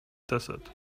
desert